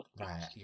Right